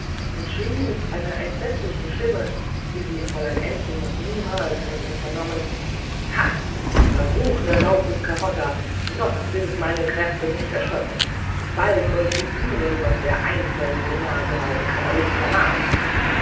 und schrie mit einer entsetzlichen stimme wie sie fräulein ännchen noch niemals von ihm vernommen ha verruchter daucus carota noch sind meine kräfte nicht erschöpft bald sollst du fühlen was der einfältige naseweise kabbalist vermag